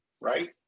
Right